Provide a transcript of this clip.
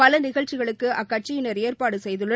பலநிகழ்ச்சிகளுக்குஅக்கட்சியினர் ஏற்பாடுசெய்துள்ளனர்